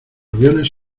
aviones